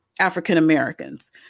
African-Americans